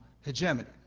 hegemony